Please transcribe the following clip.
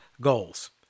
goals